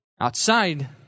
outside